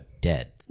dead